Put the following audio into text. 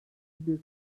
bir